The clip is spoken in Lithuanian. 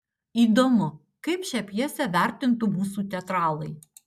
įdomu kaip šią pjesę vertintų mūsų teatralai